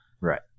right